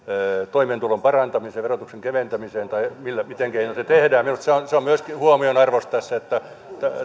toimeentulon parantamiseen ja verotuksen keventämiseen tai mitenkä noita tehdään minusta se on myöskin huomion arvoista tässä että